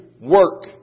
work